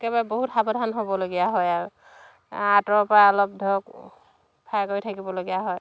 একেবাৰে বহুত সাৱধান হ'বলগীয়া হয় আৰু আঁতৰৰ পৰা অলপ ধৰক ফ্ৰাই কৰি থাকিবলগীয়া হয়